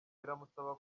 biramusaba